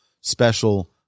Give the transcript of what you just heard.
special